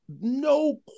No